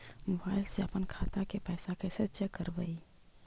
Mobile से अपन खाता के पैसा कैसे चेक करबई?